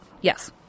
Yes